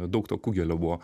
daug to kugelio buvo